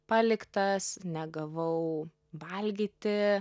paliktas negavau valgyti